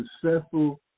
successful